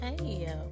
Hey